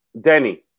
Danny